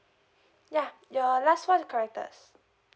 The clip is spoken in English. yeah your last four characters